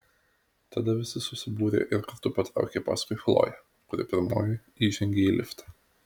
tada visi susibūrė ir kartu patraukė paskui chloję kuri pirmoji įžengė į liftą